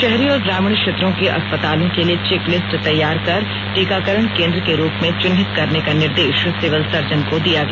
शहरी और ग्रामीण क्षेत्रों के अस्पतालों के लिए चेक लिस्ट तैयार कर टीकाकरण केंद्र के रूप में चिन्हित करने का निर्देश सिविल सर्जन को दिया गया